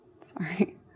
sorry